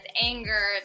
anger